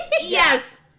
yes